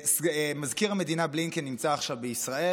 מזכיר המדינה בלינקן נמצא עכשיו בישראל